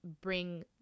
bring